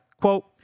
Quote